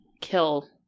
kill